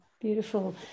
beautiful